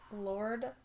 Lord